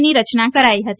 ની રચના કરાઇ હતી